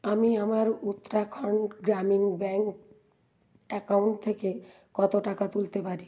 আমি আমার Uttarakhand Gramin bank account থেকে কতো টাকা তুলতে পারি